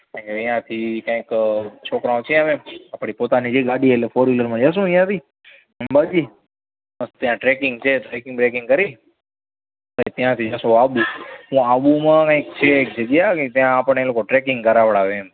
અહીંયાથી કંઈક છોકરાઓ છે હવે આપણી પોતાની જે ગાડી એટલે ફોર વ્હીલરમાં જઇશું અહીંયાથી અંબાજી અને ત્યાં ટ્રેકિંગ છે ટ્રેકિંગ બ્રેકિંગ કરી અને ત્યાંથી જઇશું આબુ આબુમાં કંઈક છે એક જગ્યા ત્યાં આપણને એ લોકો ટ્રેકિંગ કરાવડાવે એમ